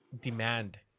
demand